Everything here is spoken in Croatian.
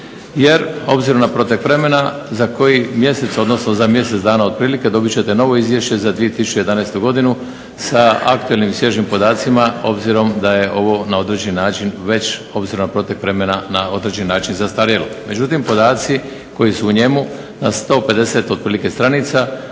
jer obzirom na protek vremena za koji mjesec, odnosno za mjesec dana otprilike dobit ćete novo Izvješće za 2011. godinu sa aktuelnim i svježim podacima obzirom da je ovo na određeni način već obzirom na protek vremena na određeni način zastarjelo. Međutim podaci koji su u njemu na 150 otprilike stranica